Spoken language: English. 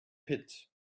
pit